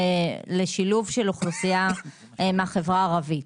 לשילוב אוכלוסייה מהחברה הערבית